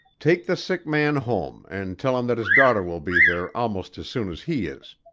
take the sick man home and tell him that his daughter will be there almost as soon as he is.